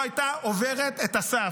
לא הייתה עוברת את הסף: